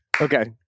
Okay